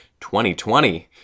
2020